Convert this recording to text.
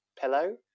pillow